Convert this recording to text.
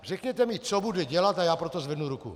Řekněte mi, co bude dělat, a já pro to zvednu ruku.